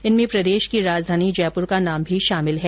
इनमें प्रदेश की राजधानी जयपुर का नाम भी शामिल है